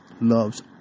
loves